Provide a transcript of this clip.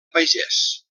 pagès